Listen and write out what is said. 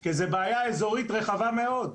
כי זה בעיה אזורית רחבה מאוד.